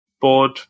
board